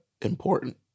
important